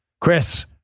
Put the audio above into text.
Chris